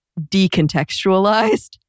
decontextualized